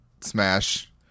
smash